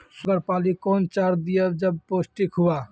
Sugar पाली कौन चार दिय जब पोस्टिक हुआ?